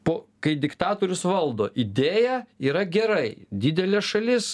po kai diktatorius valdo idėja yra gerai didelė šalis